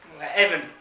evan